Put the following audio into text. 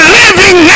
living